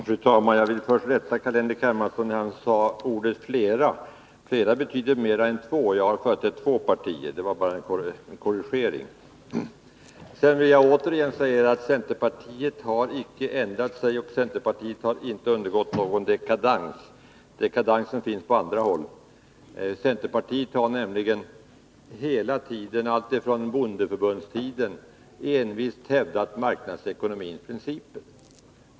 Fru talman! Jag vill först rätta Carl-Henrik Hermansson. Han sade ordet ”flera”. Flera betyder mer än två, och jag har företrätt två partier. Det var bara en korrigering. Centerpartiet har icke ändrat sig eller undergått någon dekadans. Dekadansen finns på andra håll. Centerpartiet har nämligen hela tiden, alltifrån bondeförbundstiden, envist hävdat marknadsekonomins principer.